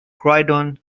croydon